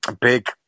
Big